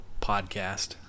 podcast